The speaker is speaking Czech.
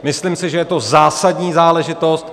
Myslím si, že je to zásadní záležitost.